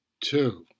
Two